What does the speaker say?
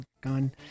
gun